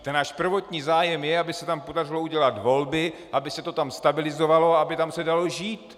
Ten náš prvotní zájem je, aby se tam podařilo udělat volby, aby se to tam stabilizovalo, aby se tam dalo žít.